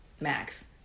max